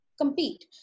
compete